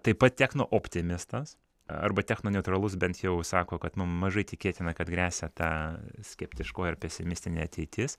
taip pat techno optimistas arba techno neutralus bent jau sako kad mažai tikėtina kad gresia tą skeptiškoji pesimistinė ateitis